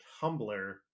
Tumblr